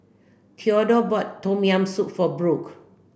Thedore bought tom yam soup for Brook